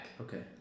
Okay